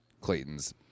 Clayton's